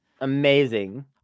Amazing